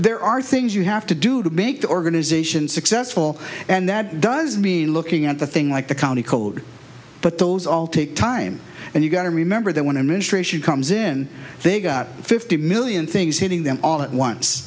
there are things you have to do to make the organization successful and that does mean looking at the thing like the county code but those all take time and you've got to remember that when administration comes in they've got fifty million things hitting them all at once